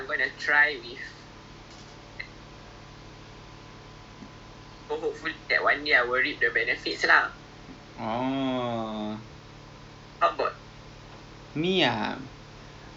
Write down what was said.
so I would say maybe since they're are going to expand in region kan then agaknya I would think lah it's a good good good you know investment I would say some more they are like um they are singapore company so I would think